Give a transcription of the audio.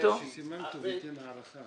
שייתן הערכה.